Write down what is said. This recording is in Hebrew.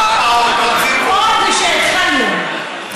עוד כשהתחלנו.